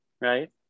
right